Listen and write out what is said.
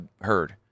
heard